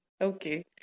Okay